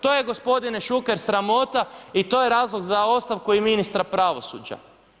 To je gospodine Šuker sramota i to je razlog za ostavku i ministra pravosuđa.